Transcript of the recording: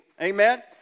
Amen